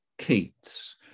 Keats